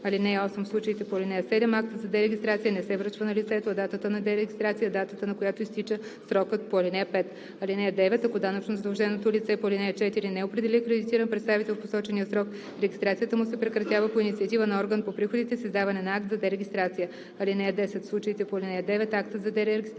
(8) В случаите по ал. 7 актът за дерегистрация не се връчва на лицето, а датата на дерегистрация е датата, на която изтича срокът по ал. 5. (9) Ако данъчно задълженото лице по ал. 4 не определи акредитиран представител в посочения срок, регистрацията му се прекратява по инициатива на орган по приходите с издаване на акт за дерегистрация. (10) В случаите по ал. 9 актът за дерегистрация